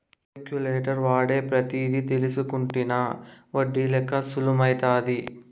calculator వాడే పద్ధతి తెల్సుకుంటినా ఒడ్డి లెక్క సులుమైతాది